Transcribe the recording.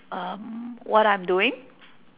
um what I'm doing